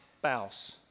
spouse